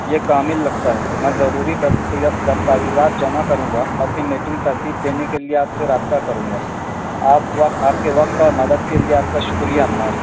یہ کامل لگتا ہے میں ضروری دستیا دستاویزات جمع کروں گا اور پھر میٹنگ ترتیب دینے کے لیے آپ سے رابطہ کروں گا آپ وقت آپ کے وقت اور مدد کے لیے آپ کا شکریہ عمار